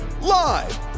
live